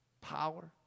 power